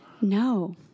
No